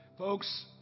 Folks